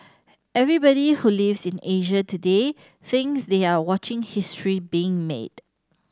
everybody who lives in Asia today thinks they are watching history being made